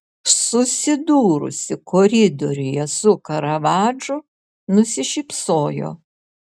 susidūrusi koridoriuje su karavadžu nusišypsojo